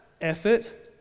effort